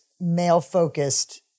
male-focused